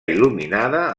il·luminada